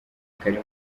kari